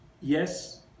yes